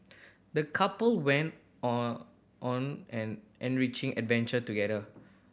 the couple went on on an enriching adventure together